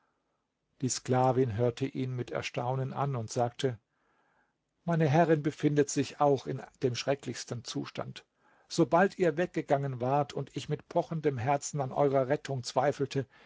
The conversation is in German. die sklavin hörte ihn mit erstaunen an und sagte meine herrin befindet sich auch in dem schrecklichsten zustand sobald ihr weggegangen wart und ich mit pochendem herzen an eurer rettung zweifelte